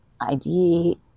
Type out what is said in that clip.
ID